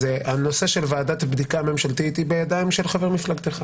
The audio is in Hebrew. ועדת בדיקה ממשלתית היא בידיים של חבר מפלגתך,